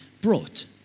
brought